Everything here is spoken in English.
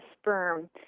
sperm